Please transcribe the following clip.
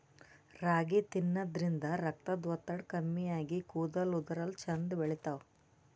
ರಾಗಿ ತಿನ್ನದ್ರಿನ್ದ ರಕ್ತದ್ ಒತ್ತಡ ಕಮ್ಮಿ ಆಗಿ ಕೂದಲ ಉದರಲ್ಲಾ ಛಂದ್ ಬೆಳಿತಾವ್